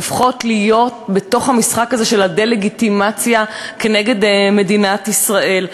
הופכות להיות בתוך המשחק הזה של הדה-לגיטימציה של מדינת ישראל.